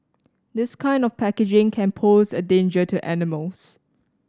this kind of packaging can pose a danger to animals